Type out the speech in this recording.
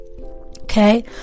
Okay